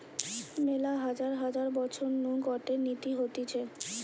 মেলা হাজার হাজার বছর নু গটে নীতি হতিছে